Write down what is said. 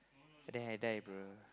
then I die bro